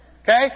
Okay